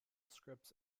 scripts